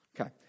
Okay